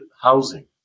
housing